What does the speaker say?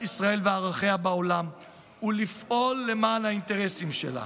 ישראל וערכיה בעולם ולפעול למען האינטרסים שלה.